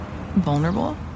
vulnerable